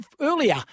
earlier